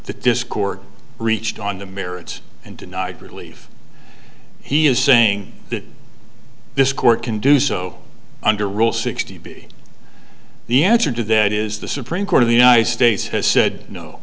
discord reached on the merits and denied relief he is saying that this court can do so under rule sixty be the answer to that is the supreme court of the united states has said no